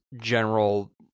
general